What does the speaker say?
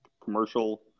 commercial